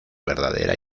verdadera